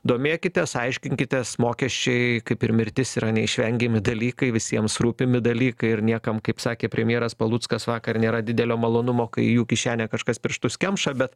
domėkitės aiškinkitės mokesčiai kaip ir mirtis yra neišvengiami dalykai visiems rūpimi dalykai ir niekam kaip sakė premjeras paluckas vakar nėra didelio malonumo kai į jų kišenę kažkas pirštus kemša bet